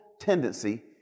tendency